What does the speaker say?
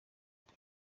icyo